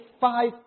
five